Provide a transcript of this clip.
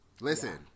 listen